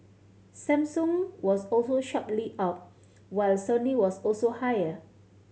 Samsung was also sharply up while Sony was also higher